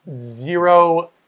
zero